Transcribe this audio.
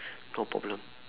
no problem